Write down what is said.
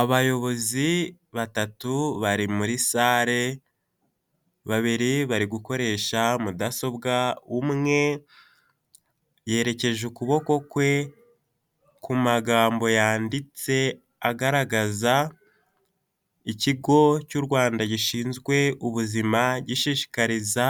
Abayobozi batatu bari muri sare babiri bari gukoresha mudasobwa, umwe yerekeje ukuboko kwe ku magambo yanditse agaragaza ikigo cy'u Rwanda gishinzwe ubuzima, gishishikariza